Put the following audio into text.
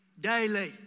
Daily